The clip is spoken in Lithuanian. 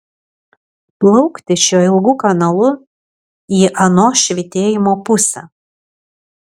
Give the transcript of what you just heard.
plaukti šiuo ilgu kanalu į ano švytėjimo pusę